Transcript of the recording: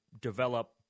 develop